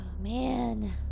Man